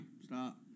stop